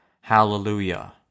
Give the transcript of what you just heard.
Hallelujah